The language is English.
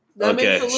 Okay